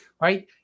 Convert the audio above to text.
right